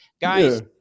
Guys